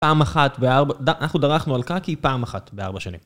פעם אחת בארבע, אנחנו דרכנו על קאקי פעם אחת בארבע שנים.